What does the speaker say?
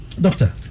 Doctor